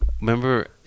Remember